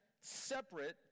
separate